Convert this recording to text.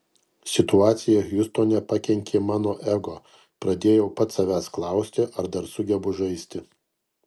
situacija hjustone pakenkė mano ego pradėjau pats savęs klausti ar dar sugebu žaisti